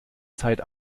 zeit